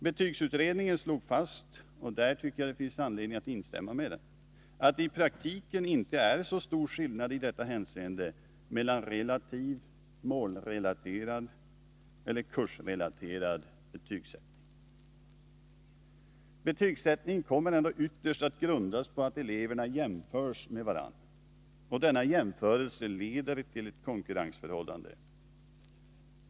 Betygsutredningen slog fast — och där tycker jag att det finns anledning att instämma med den — att det i praktiken inte är så stor skillnad i detta hänseende mellan relativ, målrelaterad och kursrelaterad metod. Betygsättningen kommer ytterst att grundas på att eleverna jämförs med varandra. Denna jämförelse leder till ett konkurrensförhållande.